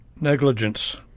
Negligence